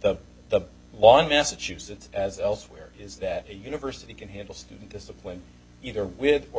the the law in massachusetts as elsewhere is that a university can handle student discipline either with or